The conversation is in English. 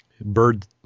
Bird